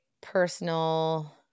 personal